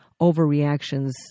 overreactions